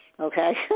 Okay